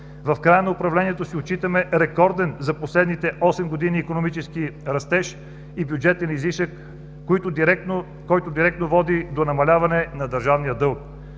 В края на управлението си отчитаме рекорден за последните осем години икономически растеж и бюджетен излишък, което директно води до намаляване на държавния дълг.